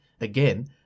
Again